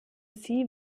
sie